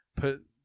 put